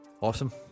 Awesome